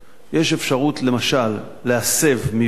יש אפשרות, למשל, להסב מבנים לגן.